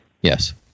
Yes